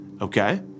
okay